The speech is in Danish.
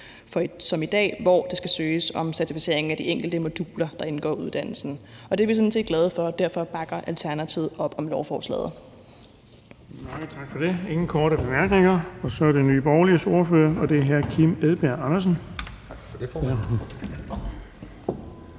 er i dag, at skulle søge om certificering af de enkelte moduler, der indgår i uddannelsen. Det er vi sådan set glade for, og derfor bakker Alternativet op om lovforslaget.